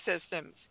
systems